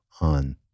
on